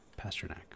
Pasternak